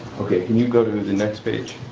ok. can you go to the next page?